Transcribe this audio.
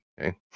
okay